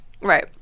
Right